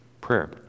prayer